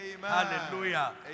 hallelujah